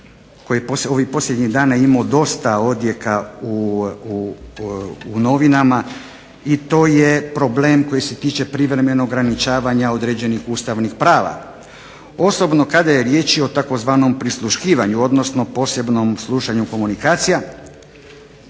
ovih posljednjih dana imao dosta odjeka u novinama i to je problem koji se tiče privremenog ograničavanja određenih ustavnih prava. Osobno kada je riječ i o tzv. "prisluškivanju", odnosno posebnom slušanju komunikacija